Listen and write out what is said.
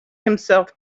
himself